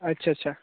अच्छा अच्छा